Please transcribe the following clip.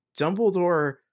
Dumbledore